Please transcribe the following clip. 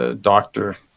Doctor